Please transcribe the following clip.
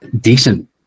decent